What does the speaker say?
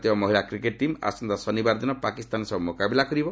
ଭାରତୀୟ ମହିଳା cricket team ଆସନ୍ତା ଶନିବାର ଦିନ ପାକିସ୍ତାନ ସହ ମୁକାବିଲା କରିବ